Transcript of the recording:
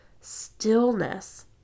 stillness